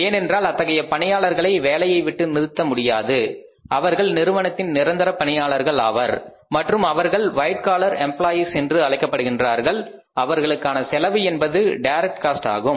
ஏனென்றால் அத்தகைய பணியாளர்களை வேலையை விட்டு நிறுத்த முடியாது அவர்கள் நிறுவனத்தின் நிரந்தர பணியாளர்கள் அவர் மற்றும் அவர்கள் வைட் காலர் எம்ப்ளாயீஸ் என்று அழைக்கப்படுகின்றார்கள் அவர்களுக்கான செலவு என்பது இண்டைரக்ட் காஸ்ட் ஆகும்